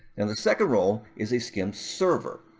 and the second role is a scim server.